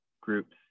groups